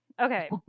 Okay